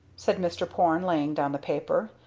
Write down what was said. said mr. porne, laying down the paper,